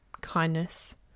kindness